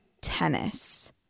tennis